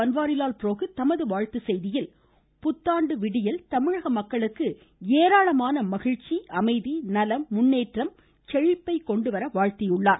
பன்வாரிலால் புரோஹித் தமது வாழ்த்துச்செய்தியில் புத்தாண்டு விடியல் தமிழக மக்களுக்கு ஏராளமான மகிழ்ச்சி அமைதி நலம் முன்னேற்றம் செழிப்பை கொண்டுவர வாழ்த்தியுள்ளார்